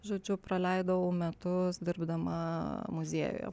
žodžiu praleidau metus dirbdama muziejuje